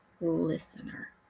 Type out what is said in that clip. listener